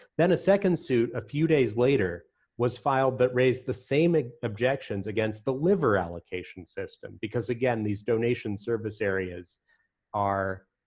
then a second suit a few days later was filed that raised the same ah objections against the liver allocation system, because again, these donation service areas are